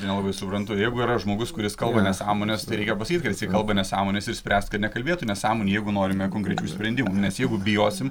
nelabai suprantu jeigu yra žmogus kuris kalba nesąmones tai reikia pasakyt kad jisai kalba nesąmones ir spręst kad nekalbėtų nesąmonių jeigu norime konkrečių sprendimų nes jeigu bijosim